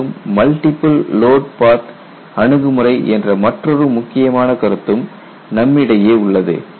மேலும் multiple load path அணுகுமுறை என்ற மற்றொரு முக்கியமான கருத்தும் நம்மிடையே உள்ளது